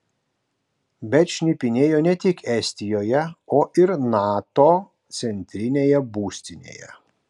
bet šnipinėjo ne tik estijoje o ir nato centrinėje būstinėje